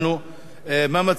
מה מציעים המציעים?